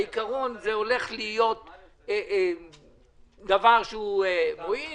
בעיקרון זה הולך להיות דבר שהוא מועיל,